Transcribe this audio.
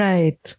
Right